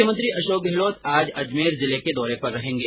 मुख्यमंत्री अशोक गहलोत आज अजमेर जिले के दौरे पर रहेंगे